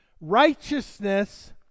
Righteousness